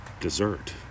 dessert